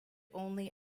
only